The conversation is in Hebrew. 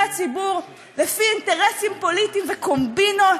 הציבור לפי אינטרסים פוליטיים וקומבינות,